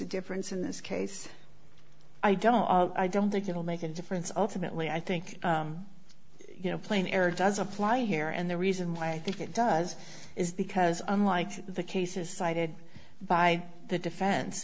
a difference in this case i don't i don't think it'll make a difference ultimately i think you know plain error does apply here and the reason why i think it does is the because unlike the cases cited by the defen